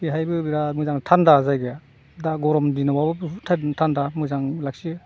बेवहायबो बिराद मोजां थान्दा जायगाया दा गरम दिनावबाबो बहुद थान्दा मोजां लाखियो